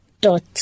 dot